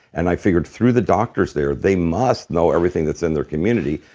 and i figured through the doctors there, they must know everything that's in their community.